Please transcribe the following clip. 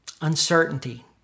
Uncertainty